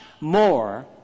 more